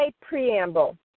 preamble